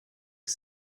que